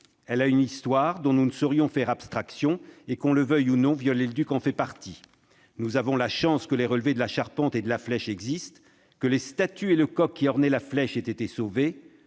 Elle a une histoire, dont nous ne saurions faire abstraction ; qu'on le veuille ou non, Viollet-le-Duc en fait partie. Par chance, les relevés de la charpente et de la flèche existent, les statues et le coq qui ornaient la flèche ont été sauvés.